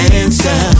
answer